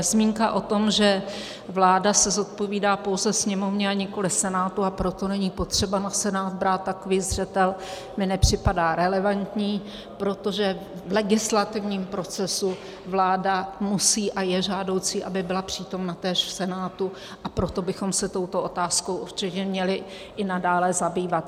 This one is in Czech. Zmínka o tom, že vláda se zodpovídá pouze Sněmovně a nikoliv Senátu, a proto není potřeba na Senát brát takový zřetel, mi nepřipadá relevantní, protože v legislativním procesu vláda musí, a je žádoucí, aby byla přítomna též v Senátu, a proto bychom se touto otázkou určitě měli i nadále zabývat.